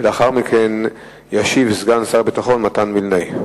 ולאחר מכן ישיב סגן שר הביטחון מתן וילנאי.